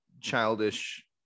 childish